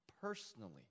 personally